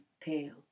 pale